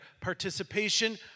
Participation